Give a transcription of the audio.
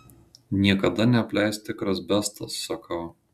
niekada neapleis tikras bestas sakau